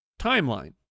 timeline